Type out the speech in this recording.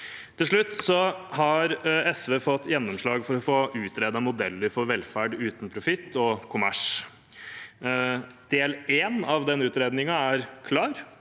Til slutt: SV har fått gjennomslag for å få utredet modeller for velferd uten profitt og kommers. Del én av den utredningen er klar.